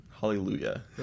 Hallelujah